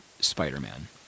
Spider-Man